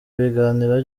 ibiganiro